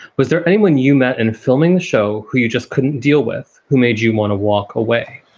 was there anyone you met in filming the show who you just couldn't deal with? who made you want to walk away?